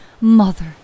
mother